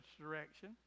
direction